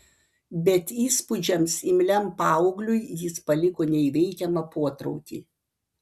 bet įspūdžiams imliam paaugliui jis paliko neįveikiamą potraukį